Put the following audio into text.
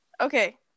Okay